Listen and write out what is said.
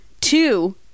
two